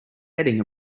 petting